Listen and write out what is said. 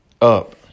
Up